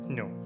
no